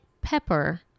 pepper